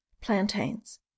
plantains